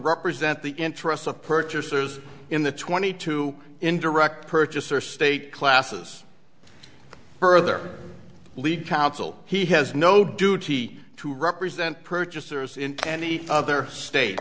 represent the interests of purchasers in the twenty two indirect purchaser state classes further lead counsel he has no duty to represent purchasers in any other state